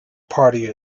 party